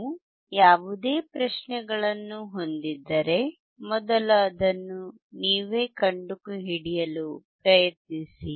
ನೀವು ಯಾವುದೇ ಪ್ರಶ್ನೆಗಳನ್ನು ಹೊಂದಿದ್ದರೆ ಮೊದಲು ಅದನ್ನು ನೀವೇ ಕಂಡುಹಿಡಿಯಲು ಪ್ರಯತ್ನಿಸಿ